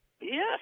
Yes